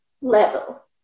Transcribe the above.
level